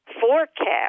forecast